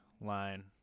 line